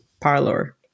parlor